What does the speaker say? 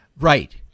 right